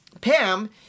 Pam